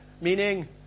meaning